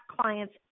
clients